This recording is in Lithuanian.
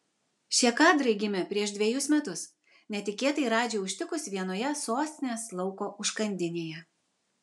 šie kadrai gimė prieš dvejus metus netikėtai radži užtikus vienoje sostinės lauko užkandinėje